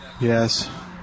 Yes